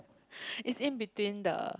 it's in between the